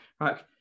Right